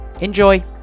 enjoy